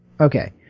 Okay